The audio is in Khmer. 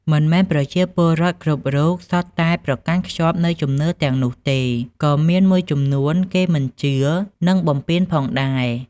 មិនមែនប្រជាពលរដ្ឋគ្រប់រូបសុទ្ធតែប្រកាន់ខ្ជាប់នូវជំនឿទាំងនោះទេ ក៏មានមួយចំនួនគេមិនជឿ និងបំពានផងដែរ។